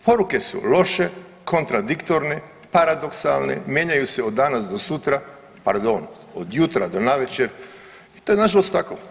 Poruke su loše, kontradiktorne, paradoksalne, mijenjaju se od danas do sutra, pardon od jutra do navečer i to je nažalost tako.